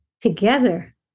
together